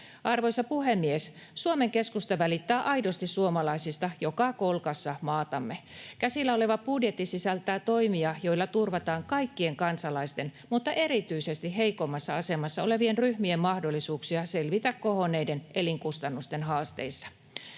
Arvoisa puhemies! Suomen Keskusta välittää aidosti suomalaisista joka kolkassa maatamme. Käsillä oleva budjetti sisältää toimia, joilla turvataan kaikkien kansalaisten mutta erityisesti heikoimmassa asemassa olevien ryhmien mahdollisuuksia selvitä kohonneiden elinkustannusten haasteissa.